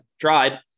tried